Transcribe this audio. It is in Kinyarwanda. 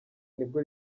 nibwo